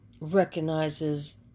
recognizes